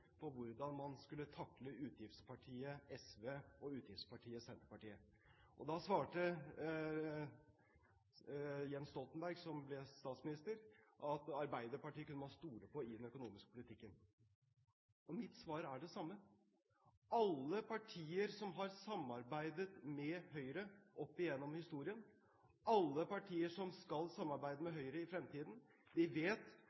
på hvordan man skulle takle utgiftspartiet SV og utgiftspartiet Senterpartiet. Da svarte Jens Stoltenberg, som ble statsminister, at Arbeiderpartiet kunne man stole på i den økonomiske politikken. Mitt svar er det samme: Alle partier som har samarbeidet med Høyre opp gjennom historien, og alle partier som skal samarbeide med Høyre i fremtiden, vet